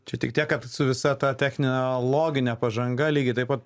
čia tik tiek kad su visa ta technologine pažanga lygiai taip pat